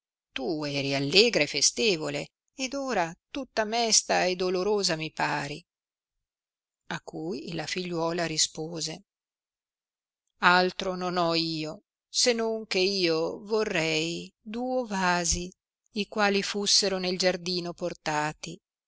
tu eri allegra e festevole ed ora tutta mesta e dolorosa mi pari a cui la figliuola rispose altro non ho io se non che io vorrei duo vasi i quali fussero nel giardino portati